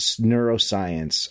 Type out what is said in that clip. neuroscience